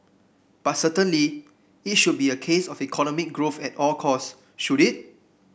but certainly it should be a case of economic growth at all costs should it